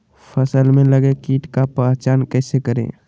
फ़सल में लगे किट का पहचान कैसे करे?